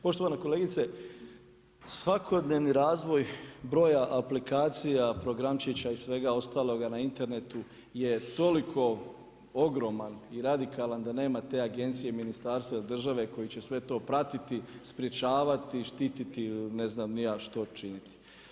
Poštovana kolegice, svakodnevni razvoj broja aplikacija, programčića i svega ostaloga na internetu je toliko ogroman i radikalan da nema te agencije, ministarstva ili države koja će sve to pratiti, sprječavati, štiti, ne znam ni ja što činiti.